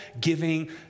giving